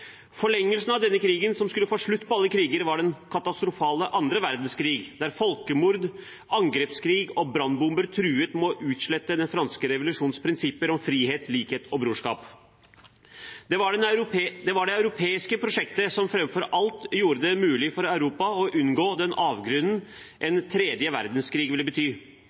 Forlengelsen av denne krigen, som skulle få slutt på alle kriger, var den katastrofale andre verdenskrig, der folkemord, angrepskrig og brannbomber truet med å utslette den franske revolusjons prinsipper om frihet, likhet og brorskap. Det var det europeiske prosjektet som framfor alt gjorde det mulig for Europa å unngå den avgrunnen en tredje verdenskrig ville bety.